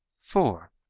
four.